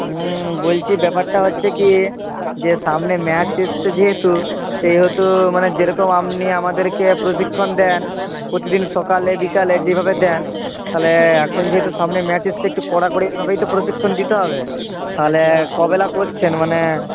হুম বলছি ব্যাপারটা হচ্ছে কি যে সামনে ম্যাচ আসছে যেহেতু সেহেতু মানে যেরকম আপনি আমাদেরকে প্রশিক্ষণ দেন প্রতিদিন সকালে বিকেলে যেভাবে দেন তাহলে এখন যেহেতু সামনে ম্যাচ আসছে একটু কড়াকড়িভাবেই তো প্রশিক্ষণ দিতে হবে তাহলে কবেলা করছেন মানে